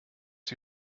sie